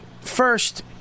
First